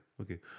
Okay